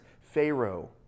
Pharaoh